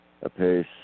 apace